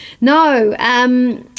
No